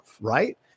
Right